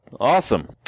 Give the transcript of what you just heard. awesome